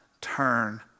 turn